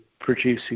producing